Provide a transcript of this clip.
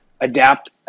adapt